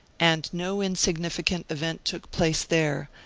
and no insignificant event took place there,